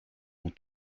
ont